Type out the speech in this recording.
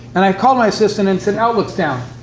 and i called my assistant and said, outlook's down.